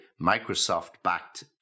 Microsoft-backed